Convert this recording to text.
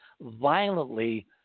violently